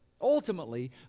Ultimately